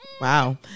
Wow